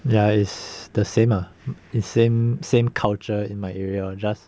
ya it's the same ah it's same same culture in my area just